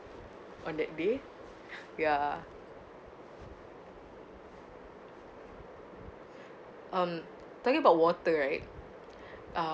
on that day ya um talking about water right um